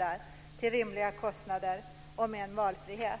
Och det ska vara till rimliga kostnader och med en valfrihet.